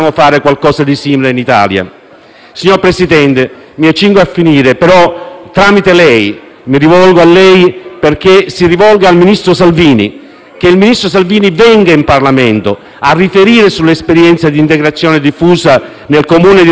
Signor Presidente, mi accingo a concludere ma, tramite lei, mi rivolgo al ministro Salvini. Che il ministro Salvini venga in Parlamento a riferire sull'esperienza di integrazione diffusa nel comune di Riace ed in altri Comuni italiani.